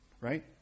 Right